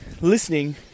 listening